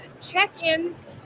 check-ins